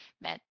met